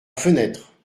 fenêtre